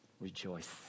Rejoice